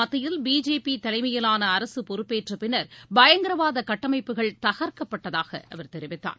மத்தியில் பிஜேபி தலைமையிலான அரசு பொறுப்பேற்ற பின்னர் பயங்கரவாத கட்டமைப்புகள் தகர்க்கப்பட்டதாகத் தெரிவித்தார்